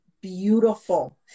beautiful